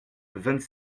vingt